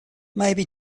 maybe